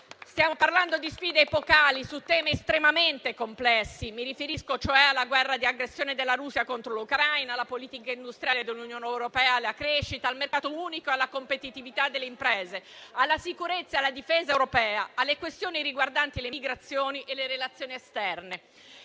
Stiamo parlando di sfide epocali su temi estremamente complessi. Mi riferisco cioè alla guerra di aggressione della Russia contro l'Ucraina, alla politica industriale dell'Unione europea e alla crescita, al mercato unico e alla competitività delle imprese, alla sicurezza e alla difesa europea, alle questioni riguardanti le migrazioni e le relazioni esterne.